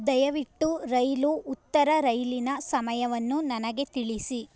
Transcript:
ದಯವಿಟ್ಟು ರೈಲು ಉತ್ತರ ರೈಲಿನ ಸಮಯವನ್ನು ನನಗೆ ತಿಳಿಸಿ